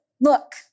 look